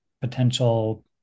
potential